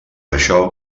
això